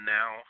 Now